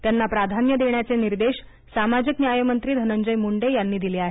त्यांना प्राधान्य देण्याचे निर्देश सामाजिक न्याय मंत्री धनंजय म्ंडे यांनी दिले आहेत